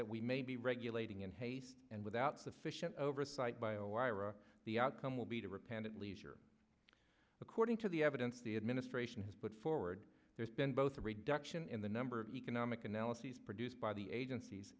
that we may be regulating in haste and without sufficient oversight by a wire or the outcome will be to repent at leisure according to the evidence the administration has put forward there's been both a reduction in the number of economic analyses produced by the agencies